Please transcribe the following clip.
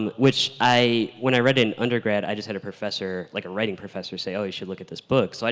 um which i when i read in undergrad i just had a professor like a writing professor say oh you should look at this book, so